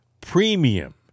premium